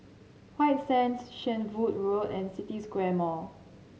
White Sands Shenvood Road and City Square Mall